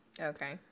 okay